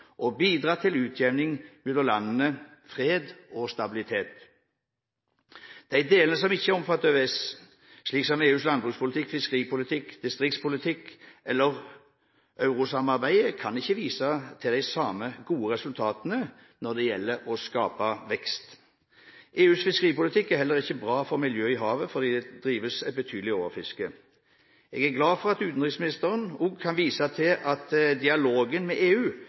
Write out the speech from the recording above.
til utjevning mellom landene, fred og stabilitet. De delene som ikke er omfattet av EØS-avtalen, som EUs landbrukspolitikk, fiskeripolitikk og distriktspolitikk og eurosamarbeidet, kan ikke vise til de samme gode resultatene når det gjelder å skape vekst. EUs fiskeripolitikk er heller ikke bra for miljøet i havet, fordi det drives et betydelig overfiske. Jeg er glad for at utenriksministeren kan vise til at dialogen med EU